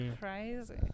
crazy